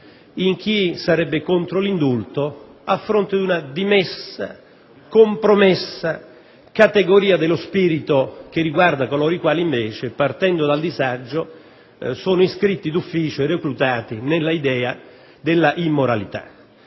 in chi sarebbe contro l'indulto, a fronte di una dimessa, compromessa categoria dello spirito, che comprende coloro i quali invece, partendo dal disagio, sono iscritti d'ufficio e reclutati nell'idea della immoralità.